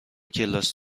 کلاس